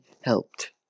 helped